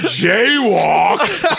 jaywalked